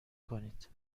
کنید